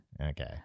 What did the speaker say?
Okay